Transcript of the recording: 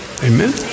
Amen